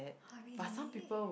!huh! really